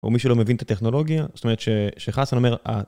או מי שלא מבין את הטכנולוגיה, זאת אומרת שחסן אומר ה...